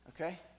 okay